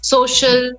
Social